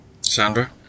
Sandra